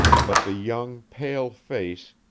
but the young pale face,